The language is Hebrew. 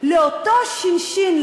לאותו שינשין,